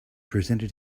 presented